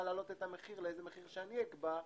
להעלות את המחיר לאיזה מחיר שאני אקבע,